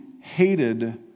hated